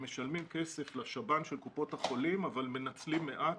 הם משלמים כסף לשב"ן של קופות החולים אבל מנצלים מעט,